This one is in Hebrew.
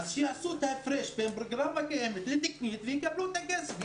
שיעשו את ההפרש בין הפרוגרמה הקיימת לתקנית ויקבלו את הכסף.